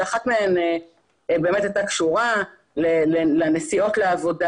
שאחת מהן הייתה קשורה לנסיעות לעבודה.